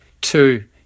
Two